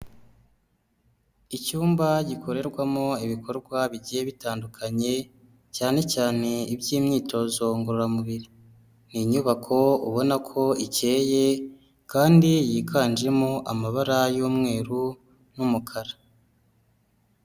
Icyumba gikorerwamo ibikorwa bigiye bitandukanye, cyane cyane iby'imyitozo ngororamubiri. Ni inyubako ubona ko ikeye, kandi yiganjemo amabara y'umweru n'umukara.